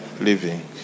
living